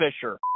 Fisher